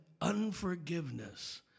unforgiveness